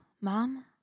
Mom